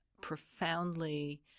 profoundly